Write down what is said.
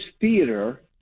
theater